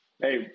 Hey